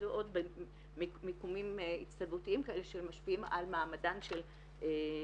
ועוד מיקומים מצטלבים כאלה שמשפיעים על מעמדן של הנשים.